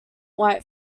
white